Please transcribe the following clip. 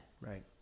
Right